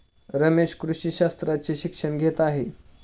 रमेश कृषी शास्त्राचे शिक्षण घेत आहे